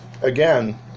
Again